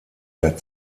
der